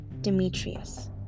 Demetrius